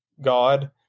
God